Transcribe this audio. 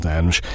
anos